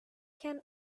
can